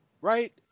Right